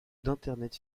d’internet